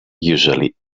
usually